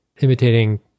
imitating